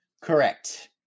Correct